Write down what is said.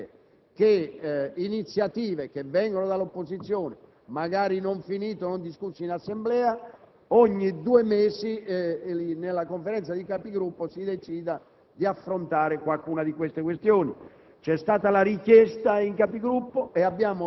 l'opposizione può chiedere, su iniziative che vengono dall'opposizione, magari non finite o non discusse in Assemblea, che ogni due mesi nella Conferenza dei Capigruppo si decida di affrontare qualcuna di tali questioni.